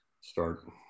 start